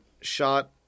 shot